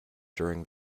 during